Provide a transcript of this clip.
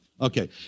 Okay